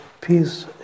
peace